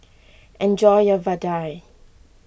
enjoy your Vadai